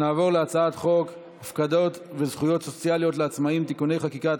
נעבור להצעת חוק הפקדות וזכויות סוציאליות לעצמאים (תיקוני חקיקה),